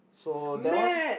so that one